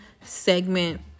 segment